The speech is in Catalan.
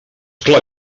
clar